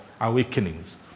awakenings